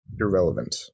irrelevant